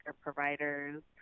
providers